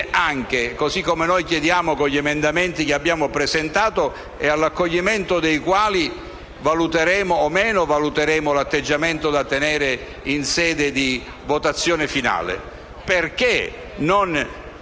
così come noi chiediamo con gli emendamenti che abbiamo presentato e in base all'accoglimento o meno dei quali valuteremo l'atteggiamento da tenere in sede di votazione finale. Perché non